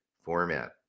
format